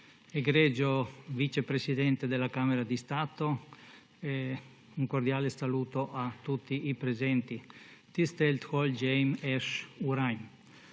Egregio vice presidente della Camera di Stato e un cordiale saluto a tutti i presenti!